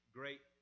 great